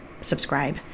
subscribe